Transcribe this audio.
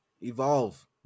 Evolve